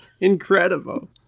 incredible